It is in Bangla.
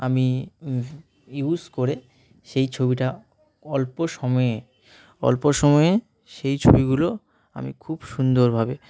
আমি ইউস করে সেই ছবিটা অল্প সময়ে অল্প সময়ে সেই ছবিগুলো আমি খুব সুন্দরভাবে